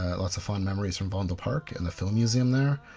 ah lots of fond memories from vondelpark and the film museum there.